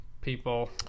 people